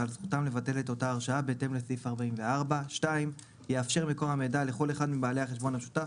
ועל זכותם לבטל את אותה הרשאה בהתאם לסעיף 44. יאפשר מקור המידע לכל אחד מבעלי החשבון המשותף,